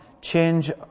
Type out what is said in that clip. change